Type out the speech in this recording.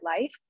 life